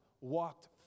walked